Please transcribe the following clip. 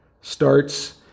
starts